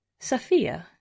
Safia